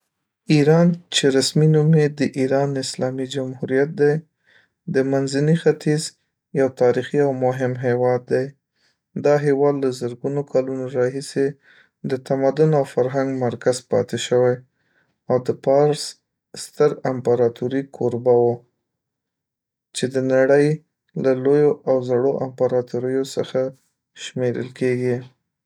ایران، چې رسمي نوم یې د ایران اسلامي جمهوریت دی، د منځني ختیځ یو تاریخي او مهم هېواد دی. دا هېواد له زرګونو کلونو راهیسې د تمدن او فرهنګ مرکز پاتې شوی، او د پارس ستر امپراتورۍ کوربه و، چې د نړۍ له لویو او زړو امپراتوریو څخه شمېرل کېږي.